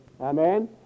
Amen